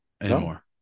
anymore